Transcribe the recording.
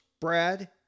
Brad